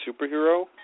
superhero